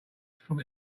from